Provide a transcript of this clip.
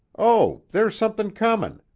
oh, there's somethin' comin'!